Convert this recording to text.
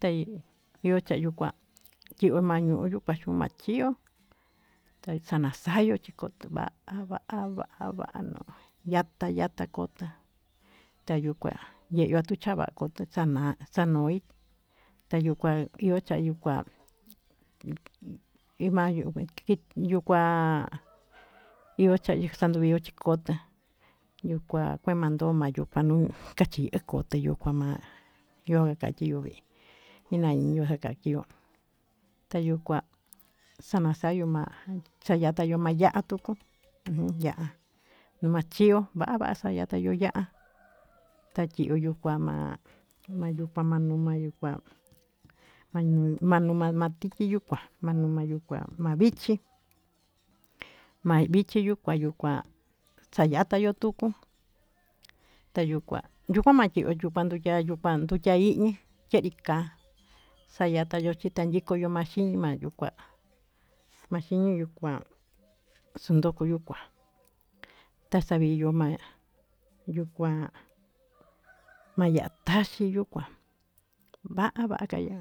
té yuu chiyo kuá, yio vañuñu kachún vachió naxanaxayo chí kotuu va'a vá vanoi yata yata kotá tayukuá tayuu tuchava kotó xana xanoí, tayio kua chayió chayuu kuá imayu iyuu kuá iyo'o xanyuu xandió chikó kotá yuu kuá mando yanuu kanuu kachi kote yuu njuama'a, yo'o ya kachio mii kina yoxii kachio kayuu kuá xanayuu ma'a chaya tayuu mayatuu, uun ya'a nomachió va'a xaya yuu ya'á takiu yuka ma'a manruka mayuka nuka manuma matiki yuu kuá mayuka nuu kuá ma'a vichí, mavichí yuu kua yuu kuá xayata yuu tukuu tayuu kuá yuu kuando matia yuu kuatu tama mahí, yenrika xayan tayo'o chitan yiko yo'o ma'a chinii manruka maxhini yo'o kuá xandoko yuu kuá taxamiyo ma'a yuu kua maya'a taxhii yuu kua va'a vakayu.